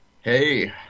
Hey